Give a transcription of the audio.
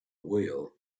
wheel